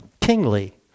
kingly